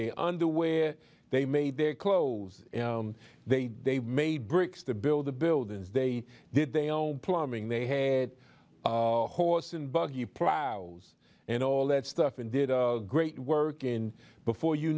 their underwear they made their clothes they they made bricks to build the buildings they did they own plumbing they had a horse and buggy plows and all that stuff and did a great work in before you